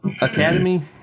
Academy